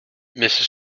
mrs